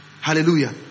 Hallelujah